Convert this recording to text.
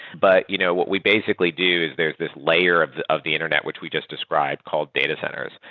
but you know what we basically do is there's this layer of the of the internet which we just described called data centers.